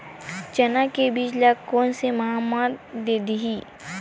चना के बीज ल कोन से माह म दीही?